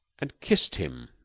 and kissed him